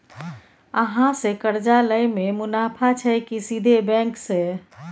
अहाँ से कर्जा लय में मुनाफा छै की सीधे बैंक से?